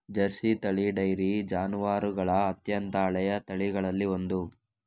Jersey ತಳಿ dairy ಜಾನುವಾರುಗಳ ಅತ್ಯಂತ ಹಳೆಯ ತಳಿಗಳಲ್ಲಿ ಒಂದು